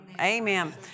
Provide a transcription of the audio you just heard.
Amen